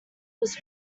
was